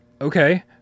okay